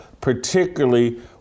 particularly